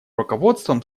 руководством